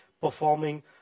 performing